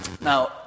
Now